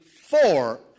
four